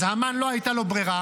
אז להמן לא הייתה ברירה,